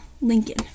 Lincoln